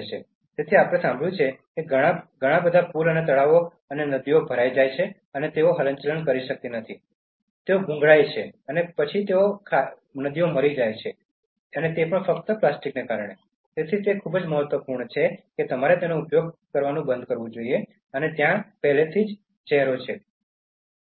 તેથી આપણે સાંભળ્યું છે કે ઘણા બધા પૂલ અને તળાવો અને નદીઓ ભરાઈ જાય છે અને તેઓ હલનચલન કરી શકતા નથી તેઓ ગૂંગળામણ અનુભવે છે અને પછી ફક્ત પ્લાસ્ટિકના કારણે તે સુકાઈ જાય છે તેથી તે ખૂબ જ મહત્વપૂર્ણ છે કે તમારે તેનો ઉપયોગ કરવાનું બંધ કરવું જોઈએ અને ત્યાં પહેલાથી જ શહેરો છે